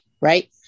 Right